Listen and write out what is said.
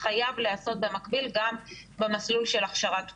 חייב להיעשות במקביל גם במסלול של הכשרת מורים,